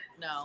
No